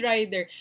Rider